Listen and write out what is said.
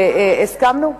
והסכמנו,